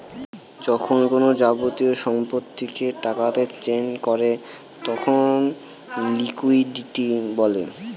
যখন কোনো যাবতীয় সম্পত্তিকে টাকাতে চেঞ করে তখন তাকে লিকুইডিটি বলে